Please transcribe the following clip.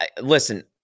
listen